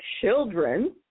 children